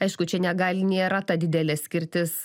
aišku čia negali nėra ta didelė skirtis